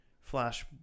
flash